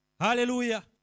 Hallelujah